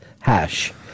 hash